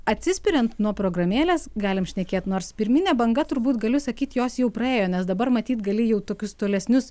atsispiriant nuo programėlės galim šnekėt nors pirminė banga turbūt galiu sakyt jos jau praėjo nes dabar matyt gali jau tokius tolesnius